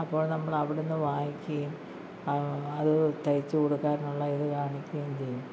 അപ്പോൾ നമ്മൾ അവിടെ നിന്ന് വാങ്ങിക്കുകയും അത് തയ്ച്ച് കൊടുക്കാനുള്ള ഇത് കാണിക്കുവേം ചെയ്യും